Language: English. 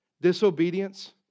disobedience